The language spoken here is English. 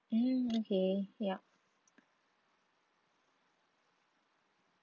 mm okay yup